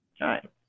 right